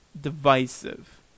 divisive